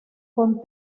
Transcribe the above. con